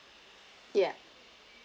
ya